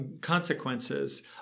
consequences